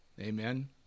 Amen